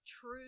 true